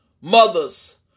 mothers